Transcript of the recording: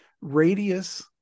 radius